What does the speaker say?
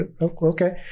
okay